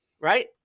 right